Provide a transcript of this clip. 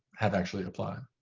have actually applied.